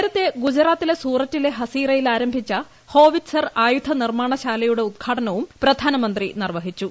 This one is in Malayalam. നേരത്തെ ഗുജറാത്തിലെ സൂറത്തിലെ ഹസീറയിൽ ആരംഭിച്ച ഹോവിറ്റ്സർ ആയുധ നിർമ്മാണശാലയുടെ ഉദ്ഘാടനവും പ്രധാനമന്ത്രി നിർവ്വഹിച്ചു